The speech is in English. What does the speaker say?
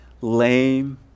lame